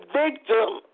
victim